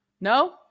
No